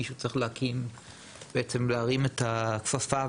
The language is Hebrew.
מישהו צריך להרים את הכפפה,